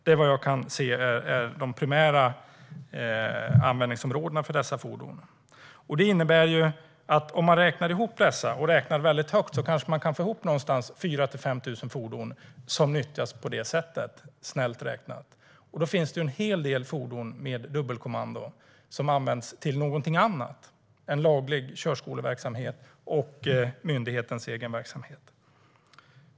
Det är vad jag kan se de primära användningsområdena för dessa fordon. Om man räknar ihop dessa kanske man kan få ihop 4 000-5 000 fordon som nyttjas på det sättet, snällt räknat. Då finns det ju en hel del fordon med dubbelkommando som används till någonting annat än laglig körskoleverksamhet och myndighetens egen verksamhet.